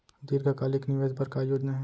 दीर्घकालिक निवेश बर का योजना हे?